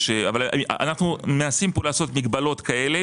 אנו מנסים לעשות פה מגבלות כאלה